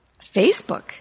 Facebook